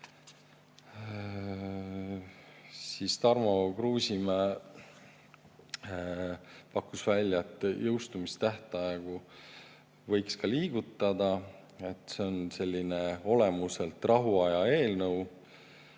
Siis Tarmo Kruusimäe pakkus välja, et jõustumistähtaegu võiks ka liigutada, sest see on oma olemuselt rahuaja eelnõu.